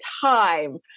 time